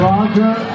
Roger